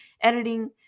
editing